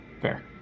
Fair